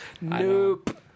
Nope